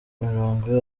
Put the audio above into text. mirongo